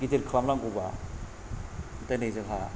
गिदिर खालामनांगौबा दोनै जोंहा